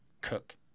Cook